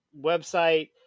website